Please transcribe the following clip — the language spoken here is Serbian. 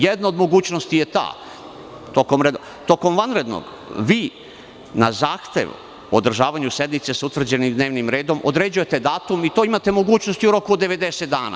Jedna od mogućnosti je ta, tokom vanrednog, vi na zahtev o održavanju sednice sa utvrđenim dnevnim redom određujete datum i na to imate mogućnost i u roku od 90 dana.